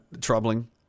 troubling